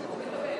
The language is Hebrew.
הוא מקבל.